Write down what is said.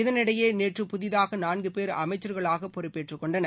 இதனிடையே நேற்று புதிதாக நான்கு பேர் அமைச்சர்களாக பொறுப்பேற்றுக் கொண்டவர்